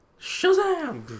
Shazam